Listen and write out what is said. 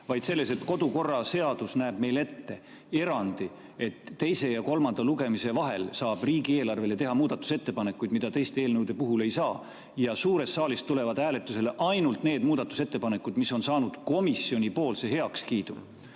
vaid selles, et kodukorraseadus näeb ette erandi, et teise ja kolmanda lugemise vahel saab riigieelarve kohta teha muudatusettepanekuid, mida teiste eelnõude puhul ei saa, ja suurest saalist tulevad hääletusele ainult need muudatusettepanekud, mis on saanud komisjoni heakskiidu.